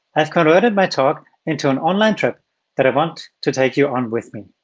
i've converted my talk into an online trip that i want to take you on with me.